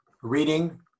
reading